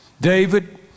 David